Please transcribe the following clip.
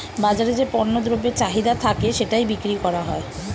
বাজারে যে পণ্য দ্রব্যের চাহিদা থাকে সেটাই বিক্রি করা হয়